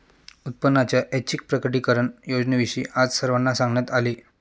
उत्पन्नाच्या ऐच्छिक प्रकटीकरण योजनेविषयी आज सर्वांना सांगण्यात आले